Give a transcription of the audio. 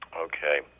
Okay